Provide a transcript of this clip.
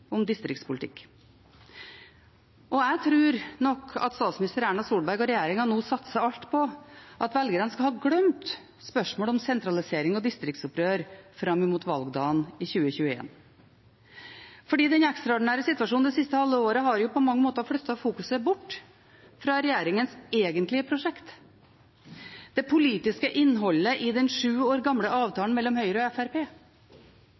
Jeg tror nok at statsminister Erna Solberg og regjeringen nå satser alt på at velgerne skal ha glemt spørsmål om sentralisering og distriktsopprør fram mot valgdagen i 2021. Den ekstraordinære situasjonen det siste halve året har jo på mange måter flyttet fokuset bort fra regjeringens egentlige prosjekt, nemlig det politiske innholdet i den sju år gamle